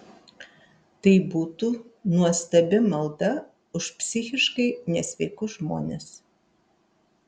tai būtų nuostabi malda už psichiškai nesveikus žmones